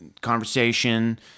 conversation